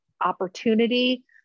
opportunity